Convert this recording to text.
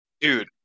Dude